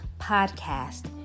podcast